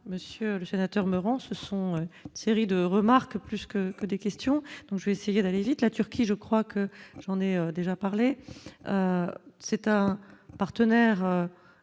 Monsieur le Sénateur me en ce sont série de remarques plus que que des questions, donc je vais essayer d'aller vite, la Turquie, je crois que j'en ai déjà parlé, c'est un partenaire